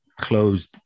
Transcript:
closed